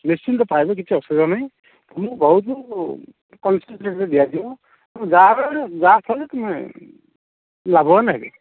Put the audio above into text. ନିଶ୍ଚିନ୍ତ ପାଇବେ କିଛି ଅସୁବିଧା ନାହିଁ ତୁମକୁ ବହୁତ କନ୍ସେସନ୍ରେ ଦିଆଯିବ ତୁମେ ଯାହାବି ହେଲେ ଯା ଚାହିଁବେ ତୁମେ ଲାଭବାନ ହେବେ